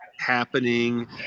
happening